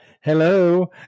hello